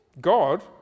God